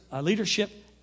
leadership